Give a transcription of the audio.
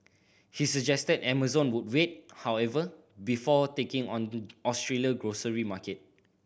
he suggested Amazon would wait however before taking on Australia grocery market